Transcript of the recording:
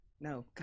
no